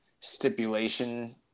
stipulation